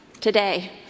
today